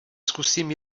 zkusím